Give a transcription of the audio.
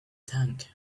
tank